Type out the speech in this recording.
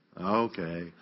okay